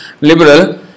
liberal